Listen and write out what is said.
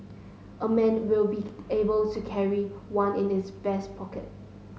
a man will be able to carry one in his vest pocket